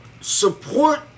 support